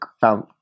found